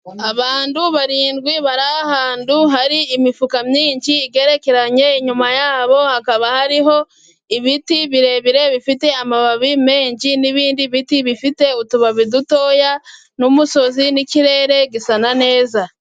Abantu barindwi bari ahantu hari imifuka myinshi igerekeranye. Inyuma yabo hakaba hariho ibiti birebire bifite amababi menshi, n'ibindi biti bifite utubabi dutoya, n'umusozi n'ikirere gisa neza.